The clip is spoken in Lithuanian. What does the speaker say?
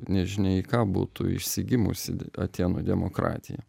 nežinia į ką būtų išsigimusi atėnų demokratija